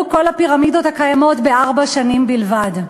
כל הפירמידות הקיימות בארבע שנים בלבד.